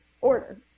order